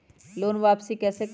Loan वापसी कैसे करबी?